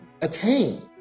attain